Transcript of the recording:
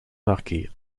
marquée